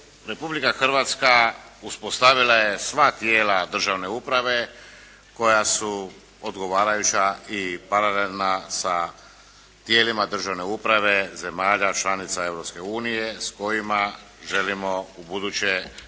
Republika Hrvatska uspostavila je sva tijela državne uprave koja su odgovarajuća i paralelna sa tijelima državne uprave zemalja članica Europske unije s kojima želimo ubuduće